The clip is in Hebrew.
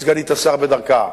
סגנית השר בדרכה.